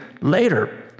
later